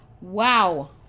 Wow